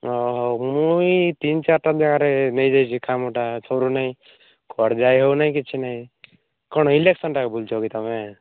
ହଉ ମୁଇଁ ତିନି ଚାରିଟା ଜାଗାରେ ନେଇଯାଇଛି କାମଟା ସରୁନେଇ କୁଆଡ଼େ ଯାଇ ହେଉ ନାହିଁ କିଛି ନାହିଁ କ'ଣ ଇଲେକ୍ସନ୍ରାକ ବୁଲୁଛ କି ତୁମେ